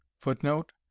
footnote